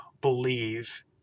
believe